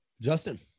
Justin